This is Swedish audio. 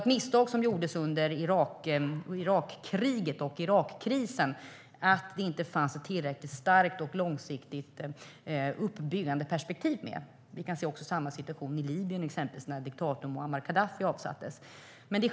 Ett misstag som gjordes under Irakkrisen var att det inte fanns ett tillräckligt starkt och långsiktigt uppbyggandeperspektiv. Samma situation kunde vi se i exempelvis Libyen när diktatorn Muammar Gaddafi avsattes.